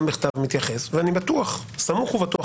ואני סמוך ובטוח,